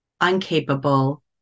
uncapable